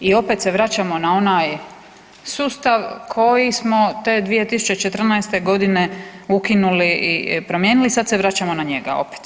I opet se vraćamo na ovaj sustav koji smo te 2014. godine ukinuli i promijenili, sad se vraćamo na njega opet.